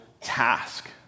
task